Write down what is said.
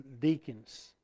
deacons